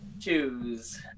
choose